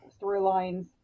storylines